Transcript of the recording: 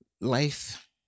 Life